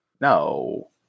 No